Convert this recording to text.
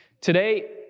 Today